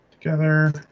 together